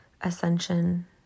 Ascension